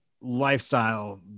lifestyle